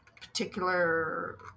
particular